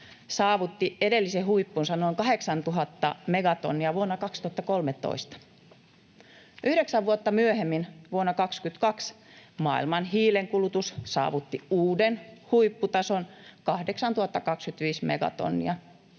saavutti edellisen huippunsa, noin 8 000 megatonnia, vuonna 2013. Yhdeksän vuotta myöhemmin, vuonna 22, maailman hiilen kulutus saavutti uuden huipputason, 8 025 megatonnia,